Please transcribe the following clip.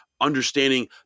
understanding